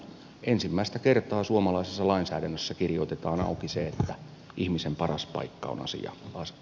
ensimmäistä kertaa suomalaisessa lainsäädännössä kirjoitetaan auki se että ihmisen paras paikka on asua kotona